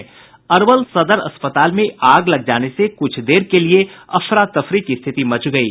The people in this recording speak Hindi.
अरवल सदर अस्पताल में आग लग जाने से कुछ देर के लिए अफरा तफरी की स्थिति मच गयी